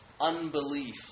unbelief